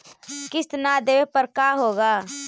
किस्त न देबे पर का होगा?